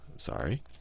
Sorry